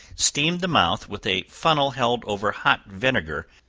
steam the mouth with a funnel held over hot vinegar,